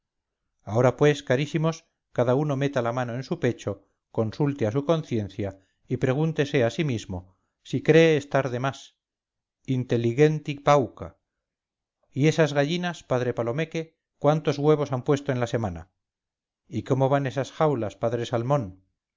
ahora pues carísimos cada uno meta la mano en su pecho consulte a su conciencia y pregúntese a sí mismo si cree estar de más intelligenti pauca y esas gallinas padre palomeque cuántos huevos han puesto en la semana y cómo van esas jaulas padre salmón